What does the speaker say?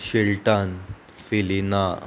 Shilton Philina